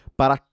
Para